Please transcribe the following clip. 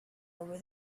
over